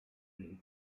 include